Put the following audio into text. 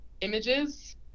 images